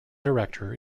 director